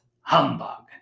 Humbug